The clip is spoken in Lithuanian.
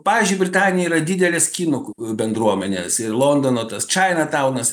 pavyzdžiui britanija yra didelis kinų bendruomenės ir londono tas čainataunas